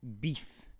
beef